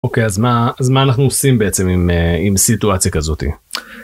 אוקיי אז מה, אז מה אנחנו עושים בעצם עם סיטואציה כזאתי.